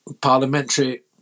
parliamentary